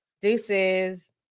Deuces